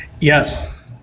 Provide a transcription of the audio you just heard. Yes